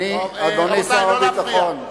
אדוני שר הביטחון,